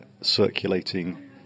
circulating